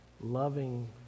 loving